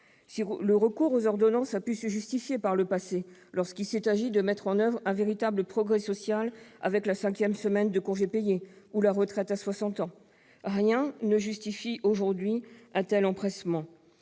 le recours aux ordonnances a pu se justifier par le passé, lorsqu'il s'est agi de mettre en oeuvre un véritable progrès social avec la cinquième semaine de congés payés ou la retraite à 60 ans, rien ne justifie aujourd'hui un tel empressement